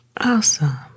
Awesome